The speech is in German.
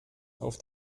auf